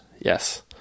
Yes